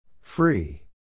Free